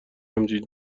همچین